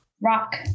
rock